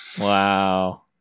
Wow